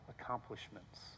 accomplishments